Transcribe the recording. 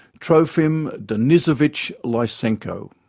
trofim denisovich lysenko.